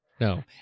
no